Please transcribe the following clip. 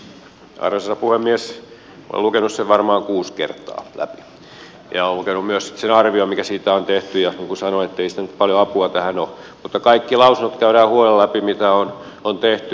minä olen lukenut sen varmaan kuusi kertaa läpi ja olen lukenut myös sitten sen arvion mikä siitä on tehty ja niin kuin sanoin ei siitä nyt paljon apua tähän ole mutta kaikki lausunnot käydään huolella läpi mitä on tehty